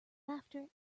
laughter